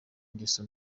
ingeso